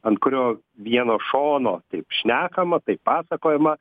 ant kurio vieno šono taip šnekama taip pasakojama